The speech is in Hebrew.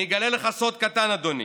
אני אגלה לך סוד קטן, אדוני: